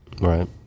Right